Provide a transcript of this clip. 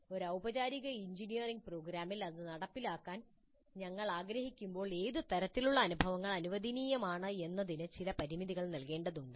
ഒരു ഊപചാരിക എഞ്ചിനീയറിംഗ് പ്രോഗ്രാമിൽ ഇത് നടപ്പിലാക്കാൻ ഞങ്ങൾ ആഗ്രഹിക്കുമ്പോൾ ഏത് തരത്തിലുള്ള അനുഭവങ്ങൾ അനുവദനീയമാണ് എന്നതിന് ചില പരിമിതികൾ നൽകേണ്ടതുണ്ട്